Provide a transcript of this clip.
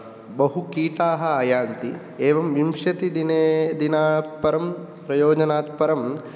बहुकीटाः आयान्ति एवं विंशतिदिने दिनात् परं प्रयोजनात् परम्